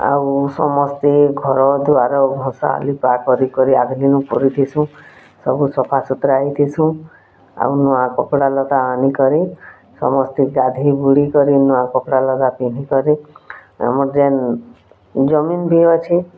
ଆଉ ସମସ୍ତେ ଘର୍ ଦ୍ଵାର ଘସା ଲିପା କରି କରି ଆଘ୍ଲିନୁ କରିଥିସୁଁ ସବୁ ସଫା ସୁତ୍ରା ହେଇଥିସୁଁ ଆଉ ନୂଆ କପ୍ଡ଼ା ଲତା ଆନିକରି ସମସ୍ତେ ଗାଧେଇ ବୁଡ଼ି କରି ନୂଆ କପ୍ଡ଼ା ଲତା ପିନ୍ଧିକରି ଆମର୍ ଯେନ୍ ଜମିନ୍ ବି ଅଛେ